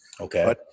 Okay